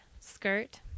skirt